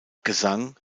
gesang